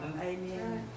Amen